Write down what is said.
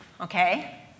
Okay